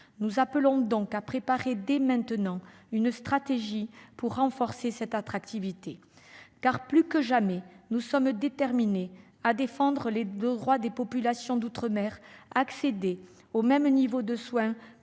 Nous appelons donc à préparer dès maintenant une stratégie pour renforcer cette attractivité. Plus que jamais, en effet, nous sommes déterminés à défendre le droit des populations d'outre-mer à accéder au même niveau de soins